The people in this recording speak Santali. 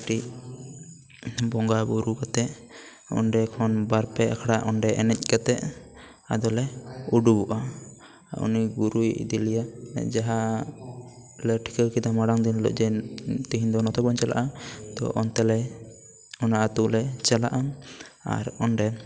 ᱠᱟᱹᱴᱤᱡ ᱵᱚᱸᱜᱟ ᱵᱳᱨᱳ ᱠᱟᱛᱮ ᱚᱸᱰᱮ ᱠᱷᱚᱱ ᱵᱟᱨ ᱯᱮ ᱟᱠᱷᱲᱟ ᱚᱸᱰᱮ ᱮᱱᱮᱡ ᱠᱟᱛᱮ ᱟᱫᱚ ᱞᱮ ᱩᱰᱩᱠᱚᱜᱼᱟ ᱩᱱᱤ ᱜᱩᱨᱩᱭᱮ ᱤᱫᱤᱞᱮᱭᱟ ᱡᱟᱦᱟᱸ ᱞᱮ ᱴᱷᱤᱠᱟᱹ ᱠᱮᱫᱟ ᱢᱟᱬᱟᱝ ᱫᱤᱱ ᱨᱮ ᱛᱤᱦᱤᱱ ᱫᱚ ᱱᱚᱛᱮ ᱵᱚᱱ ᱪᱟᱞᱟᱜᱼᱟ ᱛᱚ ᱚᱱᱛᱮ ᱞᱮ ᱚᱱᱟ ᱟᱛᱳ ᱞᱮ ᱪᱟᱞᱟᱜᱼᱟ ᱟᱨ ᱚᱸᱰᱮ